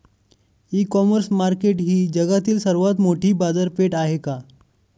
इ commerce market ही जगातील सर्वात मोठी बाजारपेठ आहे का?